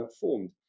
formed